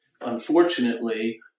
unfortunately